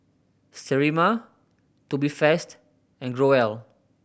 Sterimar Tubifast and Growell